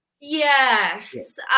Yes